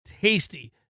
tasty